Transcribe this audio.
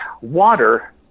water